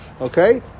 okay